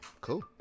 cool